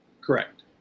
correct